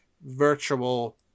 virtual